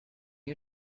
you